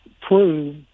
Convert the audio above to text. prove